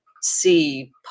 see